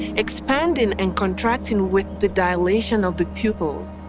expanding and contacting with the dilation of the pupils.